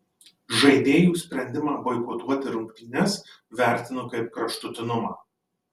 žaidėjų sprendimą boikotuoti rungtynes vertinu kaip kraštutinumą